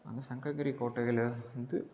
அங்கே சங்ககிரி கோட்டைகள் வந்து